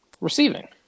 receiving